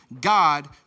God